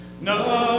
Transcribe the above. no